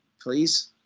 please